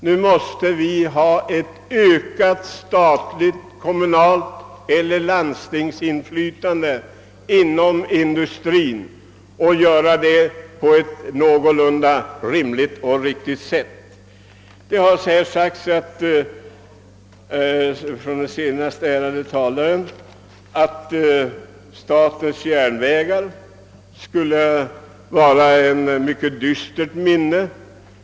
Nu krävs det ett ökat statligt, kommunalt eller landstingsinflytande inom industrin. Den saken måste genomföras på ett någorlunda rimligt och riktigt sätt. Den senaste talaren sade att statens järnvägar skulle vara en mycket dyster historia.